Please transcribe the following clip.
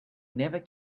never